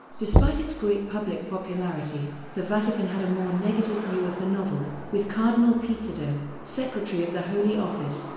despite its great public popularity, the vatican had a more negative view of the novel, with cardinal pizzardo, secretary of the holy office,